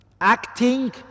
Acting